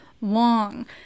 long